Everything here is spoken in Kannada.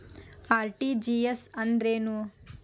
ಆರ್.ಟಿ.ಜಿ.ಎಸ್ ಅಂದ್ರೇನು?